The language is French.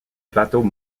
plateau